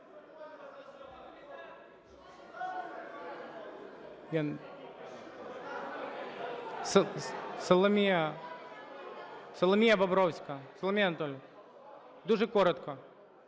Соломія Бобровська. Соломія Анатоліївна, дуже коротко,